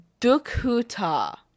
Dukhuta